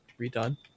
redone